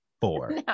Four